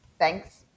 Thanks